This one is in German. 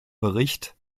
bericht